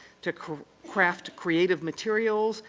to craft creative materials,